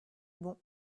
bon